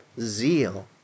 zeal